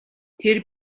тэр